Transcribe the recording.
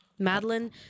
Madeline